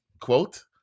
Quote